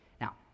Now